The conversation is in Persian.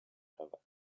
رود